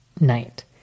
night